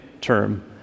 term